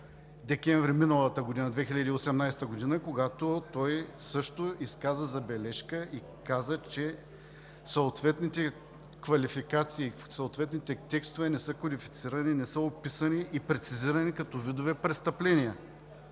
декември 2018 г., когато той също изказа забележка и каза, че съответните квалификации по съответните текстове не са кодифицирани, не са описани и прецизирани като видове престъпления.